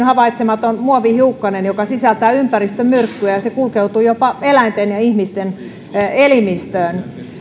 havaitsematon muovihiukkanen joka sisältää ympäristömyrkkyä ja se kulkeutuu jopa eläinten ja ihmisten elimistöön